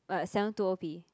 what seven two O P